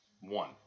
one